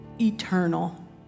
eternal